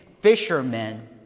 fishermen